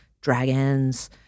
dragons